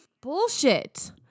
bullshit